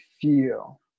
feel